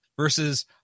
Versus